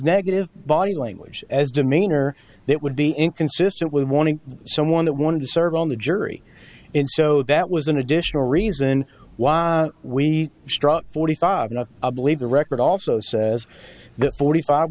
negative body language as demeanor that would be inconsistent with warning someone that wanted to serve on the jury in so that was an additional reason why we struck forty five not a believe the record also says the forty five